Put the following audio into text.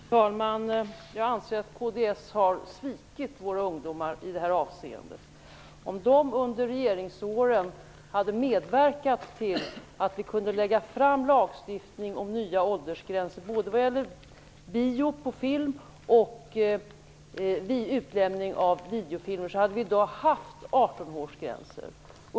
Fru talman! Jag anser att kds har svikit våra ungdomar i det här avseendet. Om kds under regeringsåren hade medverkat till att vi kunde lägga fram lagstiftning om nya åldersgränser, både vad gäller bio och utlämning av videofilmer, hade vi i dag haft 18 årsgränser.